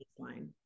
baseline